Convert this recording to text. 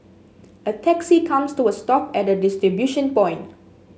a taxi comes to a stop at the distribution point